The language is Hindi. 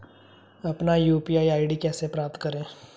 अपना यू.पी.आई आई.डी कैसे प्राप्त करें?